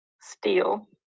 steel